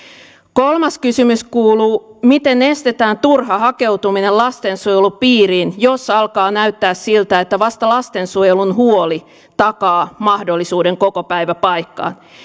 kolmas kysymys kuuluu miten estetään turha hakeutuminen lastensuojelun piiriin jos alkaa näyttää siltä että vasta lastensuojelun huoli takaa mahdollisuuden kokopäiväpaikkaan